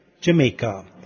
Jamaica